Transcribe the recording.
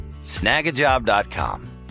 snagajob.com